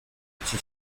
iki